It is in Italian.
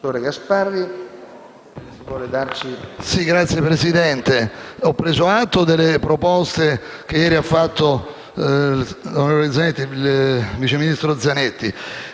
Signor Presidente, ho preso atto delle proposte che ieri ha avanzato il vice ministro Zanetti.